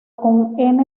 con